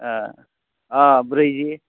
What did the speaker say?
अ ब्रैजि